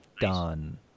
done